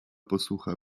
posucha